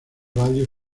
radios